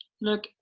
Look